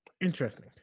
interesting